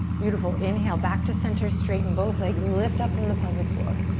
beautiful, inhale back to center, straighten both legs. lift up from the pelvic floor.